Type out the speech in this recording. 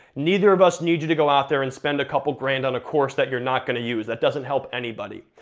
neither of us need you to go out there and spend a couple grand on a course that you're not gonna use, that doesn't help anybody.